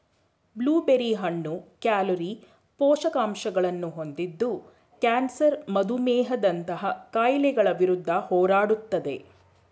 blue berry ಹಣ್ಣು calorie, ಪೋಷಕಾಂಶಗಳನ್ನು ಹೊಂದಿದ್ದು ಕ್ಯಾನ್ಸರ್ ಮಧುಮೇಹದಂತಹ ಕಾಯಿಲೆಗಳ ವಿರುದ್ಧ ಹೋರಾಡುತ್ತದೆ